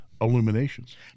illuminations